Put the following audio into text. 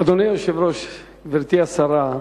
אדוני היושב-ראש, גברתי השרה,